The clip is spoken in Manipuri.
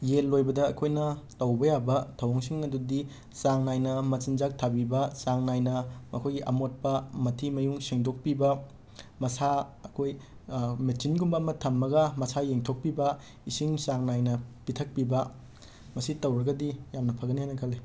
ꯌꯦꯟ ꯂꯣꯏꯕꯗ ꯑꯩꯈꯣꯏꯅ ꯇꯧꯕ ꯌꯥꯕ ꯊꯧꯑꯣꯡꯁꯤꯡ ꯑꯗꯨꯗꯤ ꯆꯥꯡ ꯅꯥꯏꯅ ꯃꯆꯤꯟꯖꯥꯛ ꯊꯕꯤꯕ ꯆꯥꯡ ꯅꯥꯏꯅ ꯃꯈꯣꯏꯒꯤ ꯑꯃꯣꯠꯄ ꯃꯊꯤ ꯃꯌꯨꯡ ꯁꯦꯡꯗꯣꯛꯄꯤꯕ ꯃꯁꯥ ꯑꯩꯈꯣꯏ ꯃꯦꯆꯤꯟꯒꯨꯝꯕ ꯑꯃ ꯊꯝꯃꯒ ꯃꯁꯥ ꯌꯦꯡꯊꯣꯛꯄꯤꯕ ꯏꯁꯤꯡ ꯆꯥꯡ ꯅꯥꯏꯅ ꯄꯤꯊꯛꯄꯤꯕ ꯃꯁꯤ ꯇꯧꯔꯒꯗꯤ ꯌꯥꯝꯅ ꯐꯒꯅꯤ ꯍꯥꯏꯅ ꯈꯜꯂꯤ